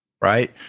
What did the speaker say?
right